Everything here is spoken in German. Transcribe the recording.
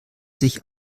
sich